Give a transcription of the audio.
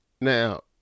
now